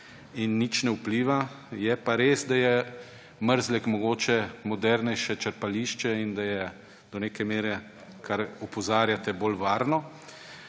in nič ne vpliva. Je pa res, da je Mrzlek mogoče modernejše črpališče in da je do neke mere, kar opozarjate, bolj varno.